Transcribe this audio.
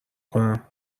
کنم